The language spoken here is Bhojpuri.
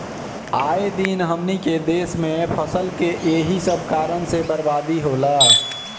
आए दिन हमनी के देस में फसल के एही सब कारण से बरबादी होला